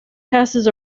passes